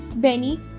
Benny